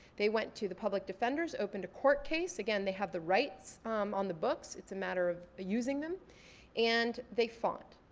they went to the public defenders, opened a court case. again, they have the rights on the books, it's a matter of using them and they fought.